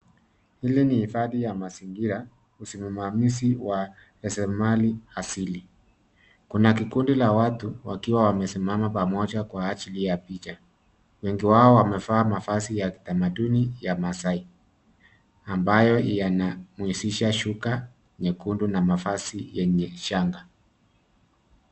Hili ni hifadhi ya mazingira usimami za wa rasilimali asili. Kuna kikundi la watu wakiwa wamesimama pamoja kwa ajili ya picha. Wengi wao wamevaa mavazi ya a kitamaduni ya maasai, ambayo yanahusisha shuka nyekundu na mavazi yenye shanga.